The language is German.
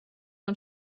und